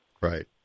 Right